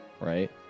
right